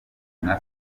nka